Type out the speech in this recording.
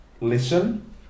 listen